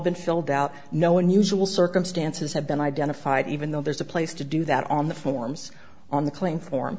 been filled out no unusual circumstances have been identified even though there's a place to do that on the forms on the claim for